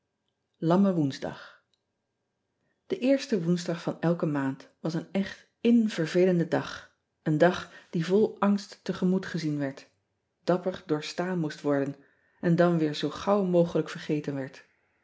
amme oensdag e eerste oensdag van elke maand was een echt invervelende dag een dag die vol angst tegemoet gezien werd dapper doorstaan moest worden en dan weer zoo gauw mogelijk vergeten werd